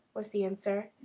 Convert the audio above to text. was the answer.